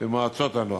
ומועצות הנוער.